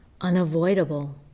unavoidable